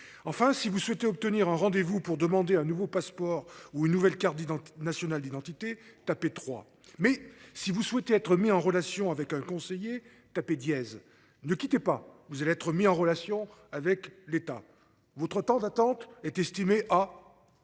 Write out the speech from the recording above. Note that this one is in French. enfin si vous souhaitez obtenir un rendez vous pour demander un nouveau passeport ou une nouvelle carte d'identité nationale d'identité tapé Troie mais si vous souhaitez être mis en relation avec un conseiller. Tapez dièse. Ne quittez pas, vous allez être mis en relation avec l'État votre temps d'attente est estimé à.